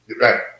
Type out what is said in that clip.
right